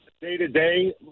day-to-day